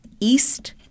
East